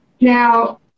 Now